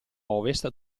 ovest